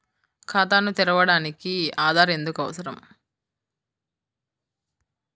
ఖాతాను తెరవడానికి ఆధార్ ఎందుకు అవసరం?